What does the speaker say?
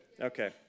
Okay